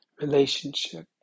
relationship